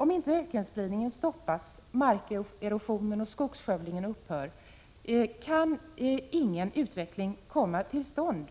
Om inte ökenspridningen stoppas och markerosionen och skogsskövlingen upphör kan ingen utveckling komma till stånd,